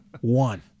one